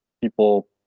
people